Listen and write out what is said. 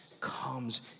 comes